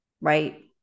right